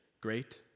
great